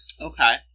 Okay